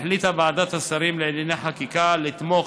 החליטה ועדת השרים לענייני חקיקה לתמוך